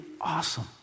awesome